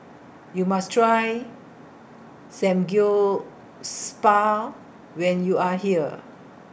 YOU must Try Samgyeospal when YOU Are here